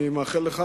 אני מאחל לך,